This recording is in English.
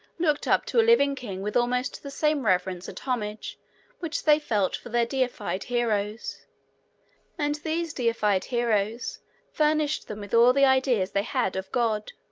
looked up to a living king with almost the same reverence and homage which they felt for their deified heroes and these deified heroes furnished them with all the ideas they had of god.